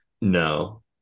no